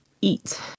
eat